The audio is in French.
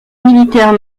militaire